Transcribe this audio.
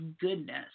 goodness